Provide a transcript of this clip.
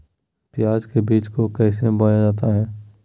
प्याज के बीज को कैसे बोया जाता है?